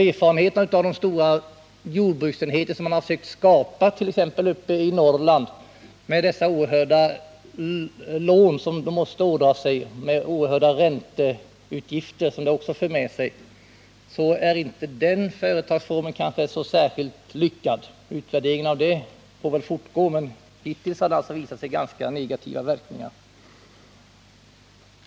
Erfarenheterna av de stora jordbruksenheter som man har sökt skapa t.ex. i Norrland med de stora lån som man måste ådra sig och de oerhörda ränteutgifter som blir följden, visar att den företagsformen kanske inte är så särskilt lyckad. Utvärderingen får väl fortgå, men hittills har det visat sig bli ganska negativa verkningar.